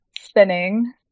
spinning